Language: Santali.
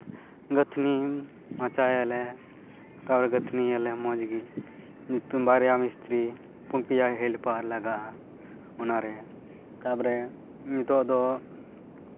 ᱜᱟᱹᱛᱷᱱᱤ ᱢᱟᱪᱟᱭᱟᱞᱮ ᱛᱟᱨᱯᱚᱨᱮ ᱜᱟᱹᱛᱷᱱᱤᱭᱟᱞᱮ ᱢᱚᱡᱽ ᱜᱮ ᱱᱩᱠᱤᱱ ᱵᱟᱨᱭᱟ ᱢᱤᱥᱛᱤᱨᱤ ᱯᱮᱭᱟ ᱦᱮᱞᱯᱟᱨ ᱞᱟᱜᱟᱜᱼᱟ ᱚᱱᱟᱨᱮ ᱛᱟᱨᱯᱚᱨᱮ ᱱᱤᱛᱚᱜ ᱫᱚ